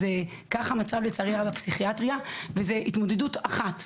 כך המצב לצערי הרב בפסיכיאטריה, וזו התמודדות אחת.